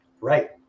Right